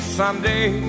someday